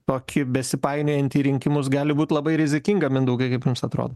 leisti tokį besipainiojantį rinkimus gali būt labai rizikinga mindaugai kaip jums atrodo